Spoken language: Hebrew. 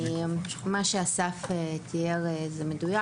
מה שאסף תיאר זה מדויק.